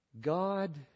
God